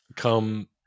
Come